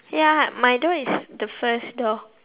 ya my dad is the first door